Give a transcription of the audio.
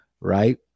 right